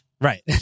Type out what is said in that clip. Right